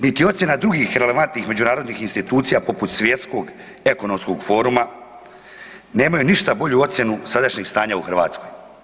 Niti ocjena drugih relevantnih međunarodnih institucija poput Svjetskog ekonomskog foruma nemaju ništa bolju ocjenu sadašnjeg stanja u Hrvatskoj.